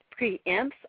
preempts